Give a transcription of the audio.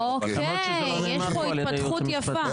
אוקיי, יש פה התפתחות יפה.